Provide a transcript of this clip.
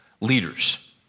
leaders